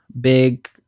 big